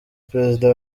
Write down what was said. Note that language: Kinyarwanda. perezida